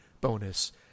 bonus